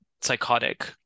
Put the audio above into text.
psychotic